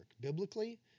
Biblically